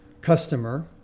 customer